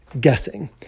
guessing